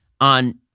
on